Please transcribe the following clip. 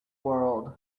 world